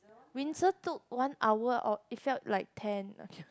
Vincent took one hour off it felt like ten